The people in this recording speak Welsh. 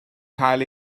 cael